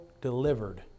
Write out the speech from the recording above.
delivered